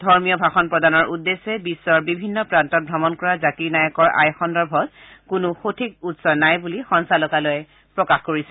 ধৰ্মীয় ভাষণ প্ৰদানৰ উদ্দেশ্যে বিশ্বৰ বিভিন্ন প্ৰান্তত ভ্ৰমণ কৰা জাকিৰ নায়কৰ আয় সন্দৰ্ভত কোনো সঠিক উৎস নাই বুলি সঞ্চালকালয়ে প্ৰকাশ কৰিছে